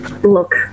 Look